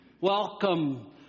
Welcome